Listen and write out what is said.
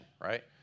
right